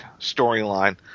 storyline